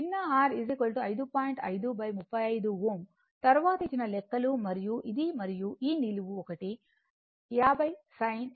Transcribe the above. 5 35 Ω తరువాత ఇచ్చిన లెక్కలు మరియు ఇది మరియు ఈ నిలువు ఒకటి 50 sin 52